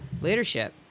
Leadership